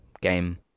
game